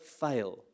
fail